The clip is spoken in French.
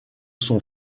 son